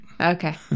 Okay